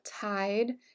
tied